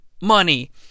money